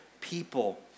people